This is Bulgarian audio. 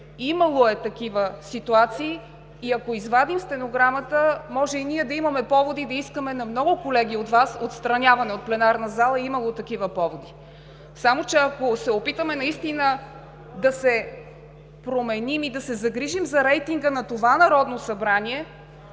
Имало е такива ситуации и ако извадим стенограмата, може и ние да имаме поводи да искаме на много колеги от Вас отстраняване от пленарната зала, имало е такива поводи. Само че, ако се опитаме наистина да се променим и да се загрижим за рейтинга на това Народно събрание,